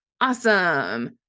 awesome